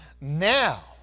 now